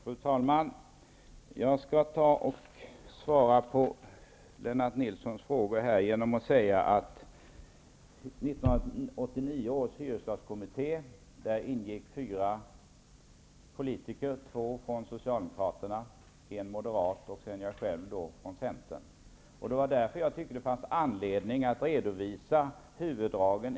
Fru talman! Jag skall svara på Lennart Nilssons frågor genom att säga följande. I 1989 års hyreslagskommitté ingick fyra politiker: två socialdemokrater, en moderat och jag själv från Centern. Jag tycker därför att det fanns anledning att redovisa huvuddragen.